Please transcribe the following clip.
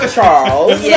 Charles